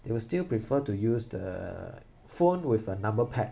they will still prefer to use the phone with a number pad